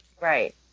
Right